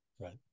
Right